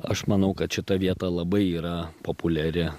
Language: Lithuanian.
aš manau kad šita vieta labai yra populiari